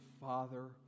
Father